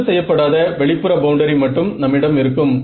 ரத்து செய்ய படாத வெளிப்புற பவுண்டரி மட்டும் நம்மிடம் இருக்கும்